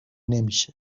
نمیشه